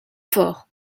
fort